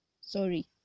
sorry